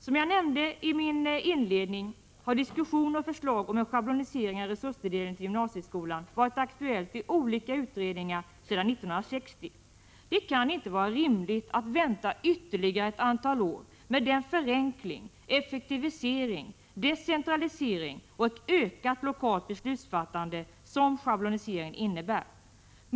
Som jag nämnde i min inledning har diskussioner och förslag om en schablonisering av resurstilldelningen till gymnasieskolan varit aktuellt i olika utredningar sedan 1960. Det kan inte vara rimligt att vänta ytterligare ett antal år med den förenkling, effektivisering, decentralisering och det ökade lokala beslutsfattande som schabloniseringen innebär.